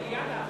מליאה ב-11:00?